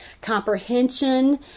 comprehension